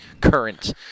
current